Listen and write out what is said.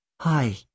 Hi